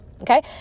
Okay